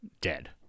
dead